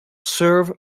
serve